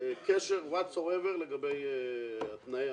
קשר לגבי תנאי ההעסקה.